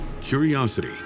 curiosity